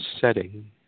setting